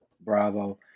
Bravo